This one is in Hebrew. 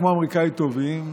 כמו אמריקאים טובים,